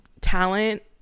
talent